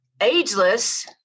ageless